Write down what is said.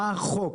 מה החוק,